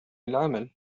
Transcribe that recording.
العمل